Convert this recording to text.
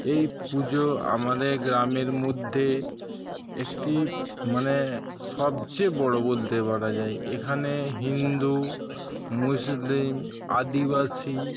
এই পুজো আমাদের গ্রামের মধ্যে একটি মানে সবচেয়ে বড় বলতে পারা যায় এখানে হিন্দু মুসলিম আদিবাসী